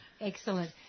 Excellent